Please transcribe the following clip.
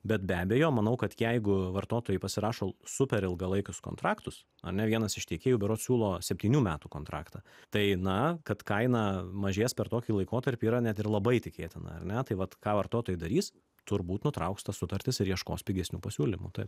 bet be abejo manau kad jeigu vartotojai pasirašo super ilgalaikius kontraktus ane vienas iš tiekėjų berods siūlo septynių metų kontraktą tai na kad kaina mažės per tokį laikotarpį yra net ir labai tikėtina ar ne tai vat ką vartotojai darys turbūt nutrauks tas sutartis ir ieškos pigesnių pasiūlymų taip